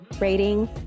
rating